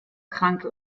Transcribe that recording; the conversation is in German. kranke